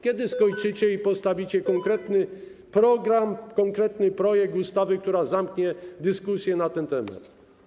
Kiedy skończycie i wprowadzicie konkretny program, konkretny projekt ustawy, która zamknie dyskusję na ten temat?